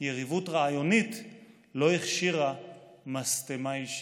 יריבות רעיונית לא הכשירה משטמה אישית.